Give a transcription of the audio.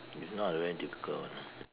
if not very difficult one lah